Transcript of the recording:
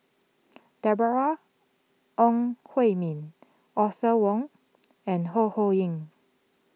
Deborah Ong Hui Min Arthur Fong and Ho Ho Ying